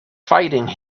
fighting